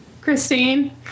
Christine